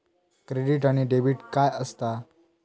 Credit आणि debit काय असता?